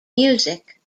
music